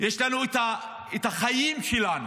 יש לנו את החיים שלנו,